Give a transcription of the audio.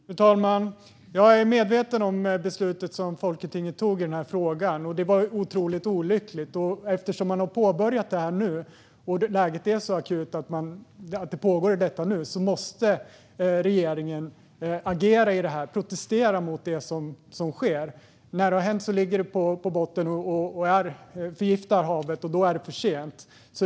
Fru talman! Jag är medveten om beslutet som folketinget tog i den här frågan. Det var otroligt olyckligt. Eftersom man har påbörjat det här och läget är så akut - det pågår i detta nu - måste regeringen agera och protestera mot det som sker. När det väl har hänt ligger det på botten och förgiftar havet, och då är det för sent.